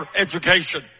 education